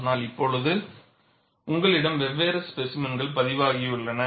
ஆனால் இப்போது உங்களிடம் வெவ்வேறு ஸ்பேசிமென்கள் பதிவாகியுள்ளன